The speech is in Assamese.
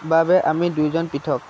বাবে আমি দুয়োজন পৃথক